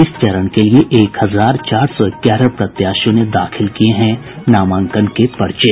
इस चरण के लिए एक हजार चार सौ ग्यारह प्रत्याशियों ने दाखिल किये हैं नामांकन के पर्चे